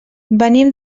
venim